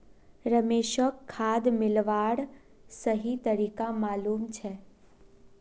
रमेशक खाद मिलव्वार सही तरीका मालूम छेक